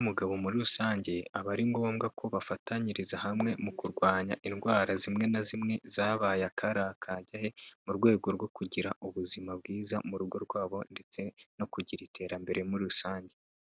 Umugore n'umugabo muri rusange aba ari ngombwa ko bafatanyiriza hamwe mu kurwanya indwara zimwe na zimwe zabaye akaraha kajyahe, mu rwego rwo kugira ubuzima bwiza mu rugo rwabo, ndetse no kugira iterambere muri rusange.